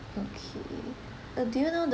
okay uh do you know